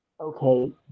okay